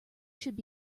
should